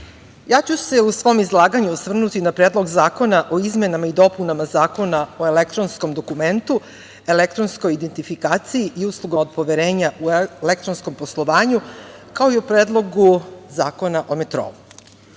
ja ću se u svom izlaganju osvrnuti na Predlog zakona o izmenama i dopunama Zakona o elektronskom dokumentu, elektronskoj identifikaciji i uslugama od poverenja u elektronskom poslovanju, kao i o predlogu Zakona o metrou. Ovaj